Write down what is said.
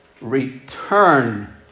Return